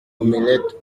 omelette